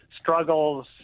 struggles